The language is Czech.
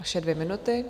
Vaše dvě minuty.